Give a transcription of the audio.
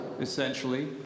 essentially